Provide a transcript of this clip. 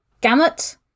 gamut